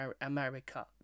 america